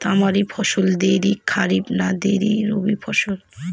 তামারি ফসল দেরী খরিফ না দেরী রবি ফসল?